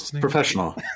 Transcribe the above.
professional